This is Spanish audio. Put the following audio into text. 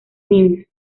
niños